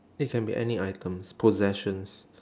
it can be any items possessions